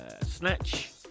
Snatch